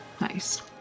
Nice